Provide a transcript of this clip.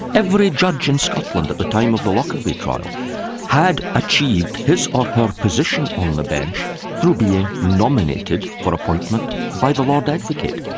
every judge in scotland at the time of the lockerbie trial had achieved his or her position on the bench through being nominated for appointment by the lord advocate.